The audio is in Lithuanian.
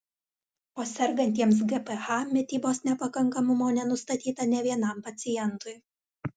o sergantiems gph mitybos nepakankamumo nenustatyta nė vienam pacientui